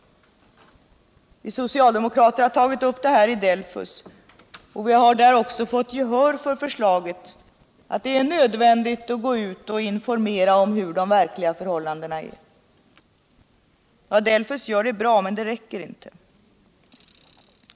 Vi socialdemokrater har tagit upp detta i Delfus, Delegationen för ungdomens sysselsättningsfrågor, och vi har där också fått gehör för förslaget att gå ut och informera om hur de verkliga förhållandena är. Vad Delfus gör är bra, men det räcker inte.